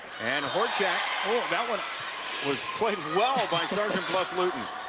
and horchak that was was played well by sergeant bluff-luton.